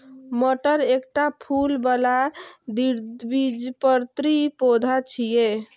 मटर एकटा फूल बला द्विबीजपत्री पौधा छियै